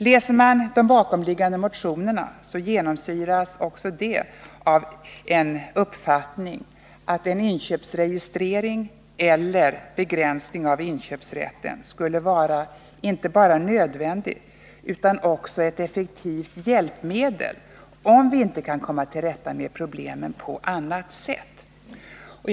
Läser man de bakomliggande motionerna, finner man att de också genomsyras av uppfattningen att en inköpsregistrering eller begränsning av inköpsrätten skulle vara inte bara nödvändig utan också ett effektivt hjälpmedel om vi inte på annat vis kan minska den totala alkoholkonsumtionen.